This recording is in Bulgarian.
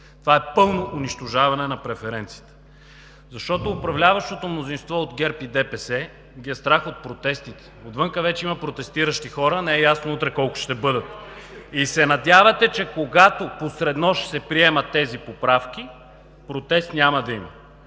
Това е пълно унищожаване на преференциите, защото управляващото мнозинство от ГЕРБ и ДПС ги е страх от протестите. Отвън вече има протестиращи хора, не е ясно утре колко ще бъдат. И се надявате, че когато посред нощ се приемат тези поправки, протест няма да има.